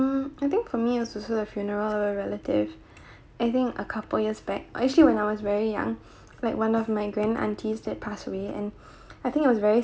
um I think for me was also the funeral or a relative I think a couple years back actually when I was very young like one of my grand aunties had passed away and I think it was very